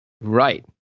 Right